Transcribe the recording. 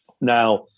Now